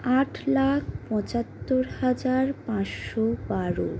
আট লাখ পঁচাত্তর হাজার পাঁচশো বারো